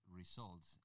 results